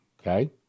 okay